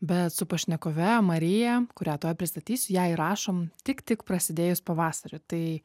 bet su pašnekove marija kurią tuoj pristatysiu ją įrašom tik tik prasidėjus pavasariui tai